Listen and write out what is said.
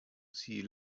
see